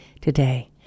today